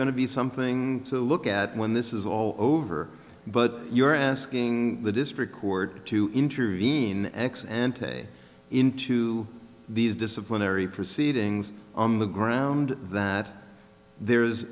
to be something to look at when this is all over but you're asking the district court to intervene ex ante in to these disciplinary proceedings on the ground that there's